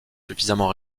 suffisamment